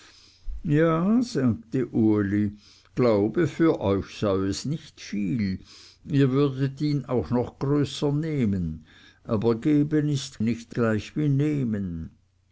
ja sagte uli glaube für euch sei es nicht viel ihr würdet ihn auch noch größer nehmen aber geben ist nicht gleich